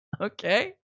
Okay